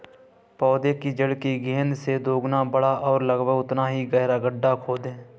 पौधे की जड़ की गेंद से दोगुना बड़ा और लगभग उतना ही गहरा गड्ढा खोदें